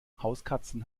hauskatzen